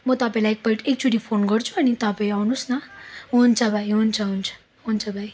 म तपाईँलाई एकपल्ट एकचोटि फोन गर्छु अनि तपाईँ आउनुहोस् न हुन्छ भाइ हुन्छ हुन्छ हुन्छ भाइ